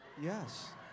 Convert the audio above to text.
yes